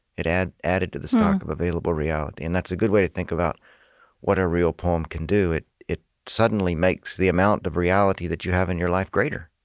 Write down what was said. it added added to the stock of available reality. and that's a good way to think about what a real poem can do. it it suddenly makes the amount of reality that you have in your life greater.